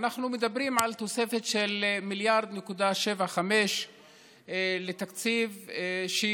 אנחנו מדברים על תוספת של 1.75 מיליארד לתקציב שיושקעו,